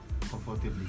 comfortably